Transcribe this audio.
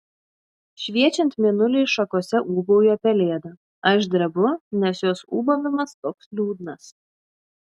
šviečiant mėnuliui šakose ūbauja pelėda aš drebu nes jos ūbavimas toks liūdnas